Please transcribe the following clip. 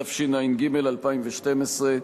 התשע"ג 2012,